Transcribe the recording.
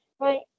Right